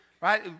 Right